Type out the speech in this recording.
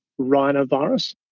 rhinovirus